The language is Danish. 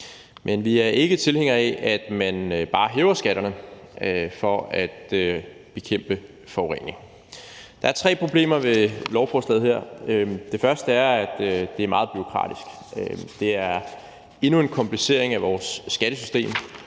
men vi er ikke tilhængere af, at man bare hæver skatterne for at bekæmpe forurening. Der er tre problemer ved lovforslaget her. Det første er, at det er meget bureaukratisk. Det er jo endnu en komplicering af vores skattesystem,